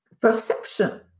perception